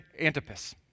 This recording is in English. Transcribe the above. Antipas